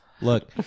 Look